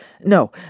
No